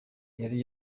yari